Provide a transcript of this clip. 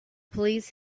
police